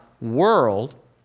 world